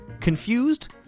Confused